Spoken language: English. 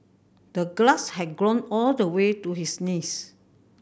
the grass had grown all the way to his knees